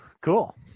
Cool